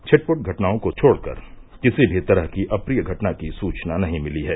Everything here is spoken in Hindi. छिटपूट घटनाओं को छोड़कर किसी भी तरह की अप्रिय घटना की सूचना नही मिली है